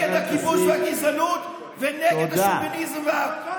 נגד הכיבוש והגזענות ונגד השוביניזם והמיזוגניה,